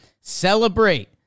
celebrate